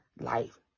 life